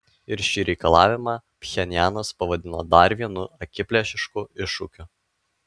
ir šį reikalavimą pchenjanas pavadino dar vienu akiplėšišku iššūkiu